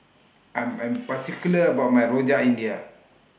I'm Am particular about My Rojak India